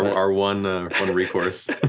our one recourse.